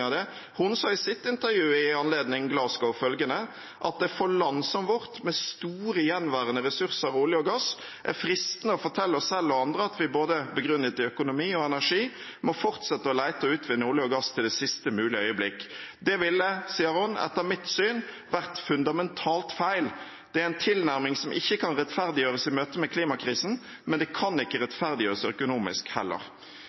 av det, sa følgende i et intervju i anledning Glasgow: at det for land som deres, med store gjenværende ressurser av olje og gass, er fristende å fortelle seg selv og andre at en, begrunnet i både økonomi og energi, må fortsette å lete etter og utvinne olje og gass til siste mulige øyeblikk. Det vil, sier hun, etter hennes syn være fundamentalt feil, og det vil være en tilnærming som ikke kan rettferdiggjøres i møte med klimakrisen, og heller ikke